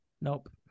Nope